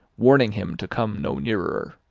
warning him to come no nearer.